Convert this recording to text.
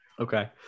okay